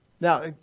Now